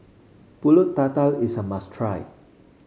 pulut tatal is a must try